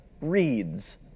reads